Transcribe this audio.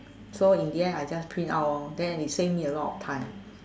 so in the end I just print out lor then it save me a lot of time